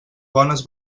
bones